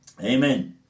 Amen